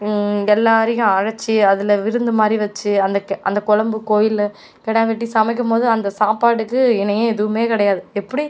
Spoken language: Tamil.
எல்லோரையும் அழைச்சு அதில் விருந்து மாதிரி வச்சு அந்த கெ அந்த குழம்பு கோயிலில் கிடா வெட்டி சமைக்கும்போது அந்த சாப்பாடுக்கு இணையே எதுவுமே கிடையாது எப்படி